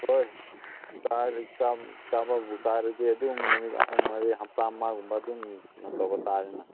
ꯍꯣꯏ ꯀꯥꯕꯕꯨ ꯀꯥꯔꯗꯤ ꯑꯗꯨꯝ ꯅꯨꯃꯤꯠ ꯑꯍꯨꯝ ꯃꯔꯤ ꯍꯞꯇꯥ ꯑꯃꯒꯨꯝꯕ ꯑꯗꯨꯝ ꯀꯩꯅꯣ ꯇꯧꯕ ꯇꯥꯔꯦꯅ